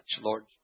Lord